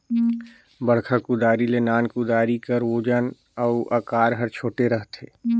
बड़खा कुदारी ले नान कुदारी कर ओजन अउ अकार हर छोटे रहथे